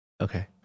Okay